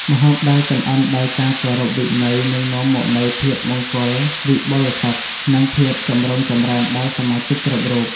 ម្ហូបដែលចម្អិនដោយការគោរពវិន័យនឹងនាំមកនូវភាពមង្គលវិបុលសុខ និងភាពចម្រុងចម្រើនដល់សមាជិកគ្រប់រូប។